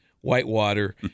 Whitewater